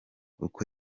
uko